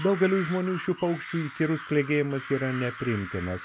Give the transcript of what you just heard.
daugeliui žmonių šių paukščių įkyrus klegėjimas yra nepriimtinas